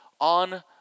on